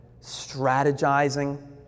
strategizing